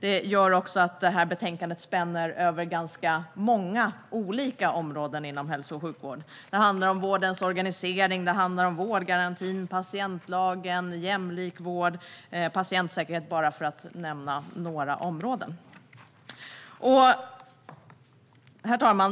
Detta gör att betänkandet spänner över ganska många olika områden inom hälso och sjukvården. Det handlar om vårdens organisering, vårdgarantin, patientlagen, jämlik vård och patientsäkerhet, bara för att nämna några områden. Herr talman!